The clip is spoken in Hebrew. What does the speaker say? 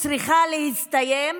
צריך להסתיים,